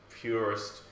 purest